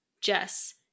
Jess